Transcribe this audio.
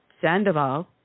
Sandoval